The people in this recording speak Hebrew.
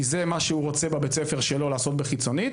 זה מה שהוא רוצה בבית הספר שלו לעשות בבחינה החיצונית